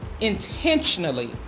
intentionally